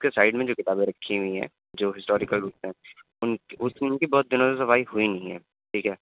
اس کے سائڈ میں جو کتابیں رکھی ہوئی ہیں جو ہسٹوریکل بکس ہیں ان اس ان کی بہت دنوں سے صفائی ہوئی نہیں ہیں ٹھیک ہے